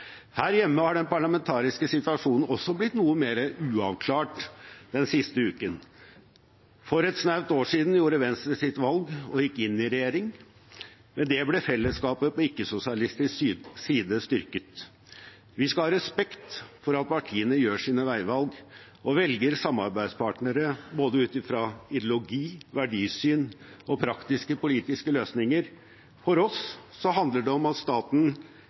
Her hjemme har den parlamentariske situasjonen også blitt noe mer uavklart den siste uken. For et snaut år siden gjorde Venstre sitt valg og gikk inn i regjering. Med det ble fellesskapet på ikke-sosialistisk side styrket. Vi skal ha respekt for at partiene gjør sine veivalg og velger samarbeidspartnere ut fra både ideologi, verdisyn og praktiske politiske løsninger. For oss handler det om at staten